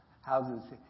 houses